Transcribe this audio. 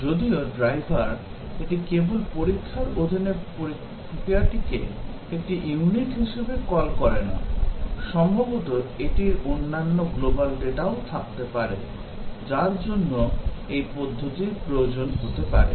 যদিও ড্রাইভার এটি কেবল পরীক্ষার অধীনে প্রক্রিয়াটিকে একটি ইউনিট হিসাবে কল করে না সম্ভবত এটির অন্যান্য global ডেটাও থাকতে পারে যার জন্য এই পদ্ধতির প্রয়োজন হতে পারে